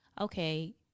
okay